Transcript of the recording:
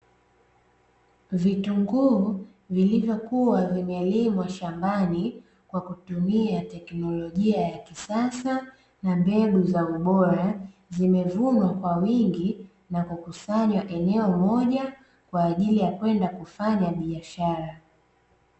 Vitunguu vilivyokua vimelimwa shambani kwa kutumia tekinolojia ya kisasa na mbegu za ubora, zimevunwa kwa wingi na kukusanywa eneo moja kwa ajili ya kwenda kufanya biashara.